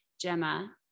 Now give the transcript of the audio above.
Gemma